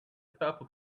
purple